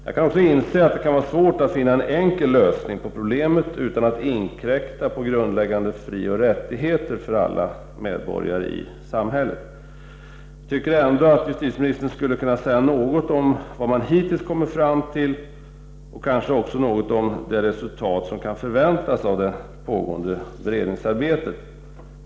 Jag kan också inse att det kan vara svårt att finna en enkel lösning på problemet utan att inkräkta på grundläggande frioch rättigheter för alla medborgare i samhället. Justitieministern kanske ändå skulle kunna säga något om vad man hittills kommit fram till och kanske också något om det resultat som kan förväntas av det pågående beredningsarbetet.